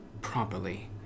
properly